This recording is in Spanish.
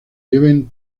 lleven